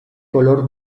color